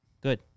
good